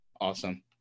Awesome